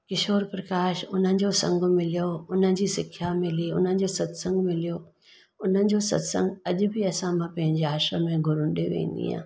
किशोर प्रकाश हुनजो संघ मिलियो हुनजी सिखिया मिली हुनजो सतसंगि मिलियो हुनजो सतसंगि अॼु बि असां मां पंहिंजे आश्रम ऐं गुरुनि ॾे वेंदी आहे